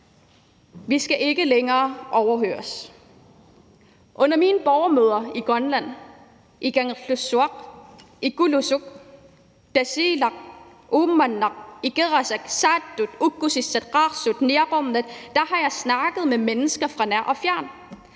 Vi skal ikke længere overhøres. Under mine borgermøder i Grønland, i Kangerlussuaq, Kulusuk, Tasiilaq, Uummannaq, Ikerasak, Saattut, Ukkusissat, Qaarsut, Niaqornat har jeg snakket med mennesker fra nær og fjern.